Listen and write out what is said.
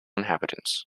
inhabitants